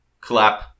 Clap